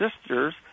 sister's